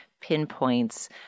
pinpoints